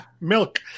milk